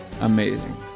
amazing